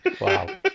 Wow